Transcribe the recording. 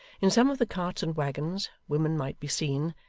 in some of the carts and waggons, women might be seen,